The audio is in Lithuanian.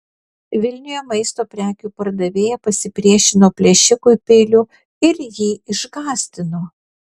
vilniuje maisto prekių pardavėja pasipriešino plėšikui peiliu ir jį išgąsdino